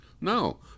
No